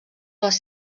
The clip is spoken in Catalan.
les